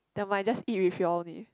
never mind just eat with you all only